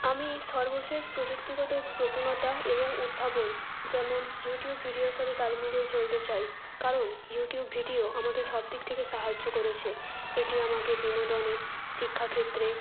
আমি সর্বশেষ প্রযুক্তিগত প্রবণতা এবং উদ্ভাবন যেমন ইউটিউব ভিডিওর সাথে তাল মিলিয়ে চলতে চাই কারণ ইউটিউব ভিডিও আমাকে সব দিক থেকে সাহায্য করেছে এটি আমাকে বিনোদনে শিক্ষাক্ষেত্রে